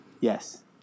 Yes